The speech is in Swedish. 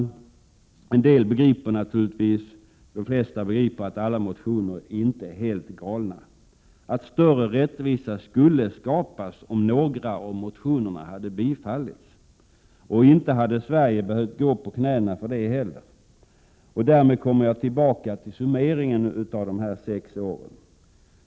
De flesta begriper naturligtvis att alla motioner inte är helt galna och att större rättvisa skulle skapas om några av motionerna hade bifallits. Sverige hade inte behövt gå på knäna för det heller. Därmed kommer jag tillbaka till summeringen av de sex åren.